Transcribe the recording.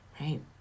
right